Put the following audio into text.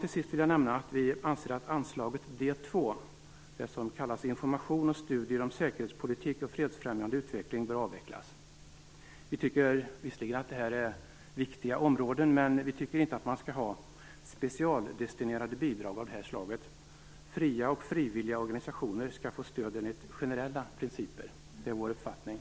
Till sist vill jag nämna att vi anser att anslaget D 2, det som kallas Information och studier om säkerhetspolitik och fredsfrämjande utveckling, bör avvecklas. Vi tycker visserligen att det är viktiga områden, men vi tycker inte att man skall ha specialdestinerade bidrag av detta slag. Fria och frivilliga organisationer skall få stöd enligt generella principer. Det är vår uppfattning.